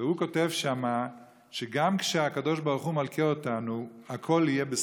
והוא כותב שם שגם כשהקדוש ברוך הוא מלקה אותנו הכול יהיה לטובה,